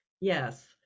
yes